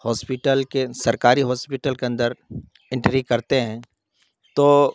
hospital کے سرکاری hospital کے اندر انٹری کرتے ہیں تو